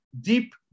deep